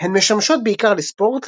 הן משמשות בעיקר לספורט,